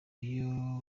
iyo